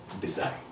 design